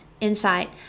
insight